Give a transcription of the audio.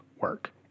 work